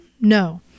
No